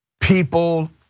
People